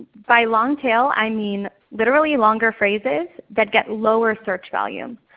by longtail i mean literally longer phrases that get lower search volume.